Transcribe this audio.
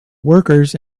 workers